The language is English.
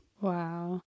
Wow